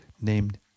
named